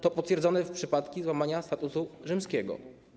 To potwierdzone przypadki złamania Statutu Rzymskiego.